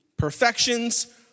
perfections